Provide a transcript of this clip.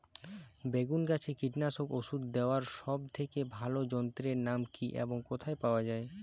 বেগুন গাছে কীটনাশক ওষুধ দেওয়ার সব থেকে ভালো যন্ত্রের নাম কি এবং কোথায় পাওয়া যায়?